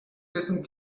dessen